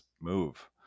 move